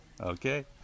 Okay